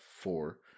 four